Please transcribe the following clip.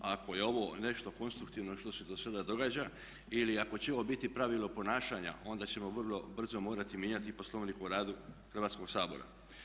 Ako je ovo nešto konstruktivno što se do sada događa, ili ako će ovo biti pravilo ponašanja onda ćemo vrlo brzo morati mijenjati i Poslovnik o radu Hrvatskoga sabora.